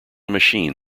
machine